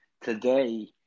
today